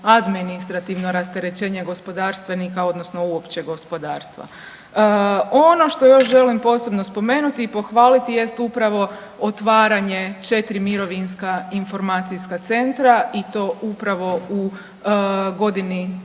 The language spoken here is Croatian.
administrativno rasterećenje gospodarstvenika odnosno uopće gospodarstva. Ono što još želim posebno spomenuti i pohvaliti jest upravo otvaranje 4 mirovinska informacijska centra i to upravo u godini korona